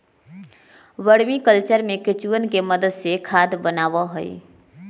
vermi culture में केंचुवन के मदद से खाद बनावा हई